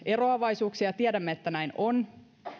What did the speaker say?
eroavaisuuksia ja tiedämme että näin on